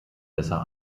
besser